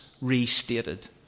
restated